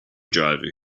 driver